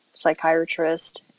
psychiatrist